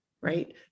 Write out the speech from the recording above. right